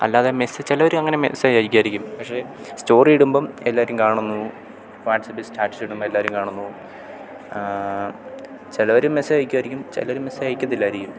അല്ലാതെ മെസ്സ് ചിലവർ അങ്ങനെ മെസ്സേജയക്കുമായിരിക്കും പക്ഷെ സ്റ്റോറി ഇടുമ്പം എല്ലാവരും കാണുന്നു വാട്ട്സപ്പിൽ സ്റ്റാറ്റസ് ഇടുമ്പം എല്ലാവരും കാണുന്നു ചിലവർ മെസ്സേജയക്കുമായിരിക്കും ചിലർ മെസ്സേജയക്കത്തില്ലായിരിക്കും